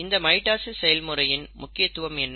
இந்த மைட்டாசிஸ் செயல்முறையின் முக்கியத்துவம் என்ன